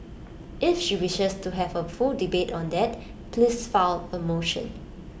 if she wishes to have A full debate on that please file A motion